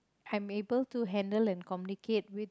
I'm able to handle and communicate with